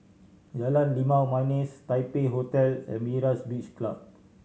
Jalan Limau Manis Taipei Hotel and Myra's Beach Club